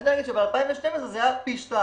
אני יודע להגיד שב-2012 זה היה פי 2,